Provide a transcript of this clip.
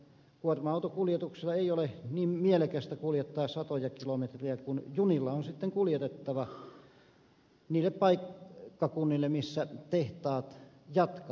kuorma autokuljetuksilla ei ole niin mielekästä kuljettaa satoja kilometrejä vaan junilla on sitten kuljetettava niille paikkakunnille missä tehtaat jatkavat